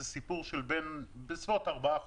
זה סיפור בסביבות ארבעה חודשים.